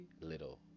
little